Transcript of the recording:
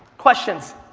questions?